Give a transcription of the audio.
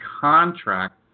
contract